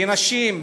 בנשים,